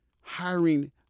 hiring